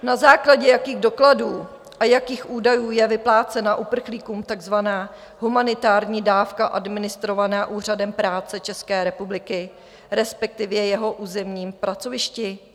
Na základě jakých dokladů a jakých údajů je vyplácena uprchlíkům takzvaná humanitární dávka administrovaná Úřadem práce České republiky, respektive jeho územními pracovišti?